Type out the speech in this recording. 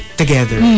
together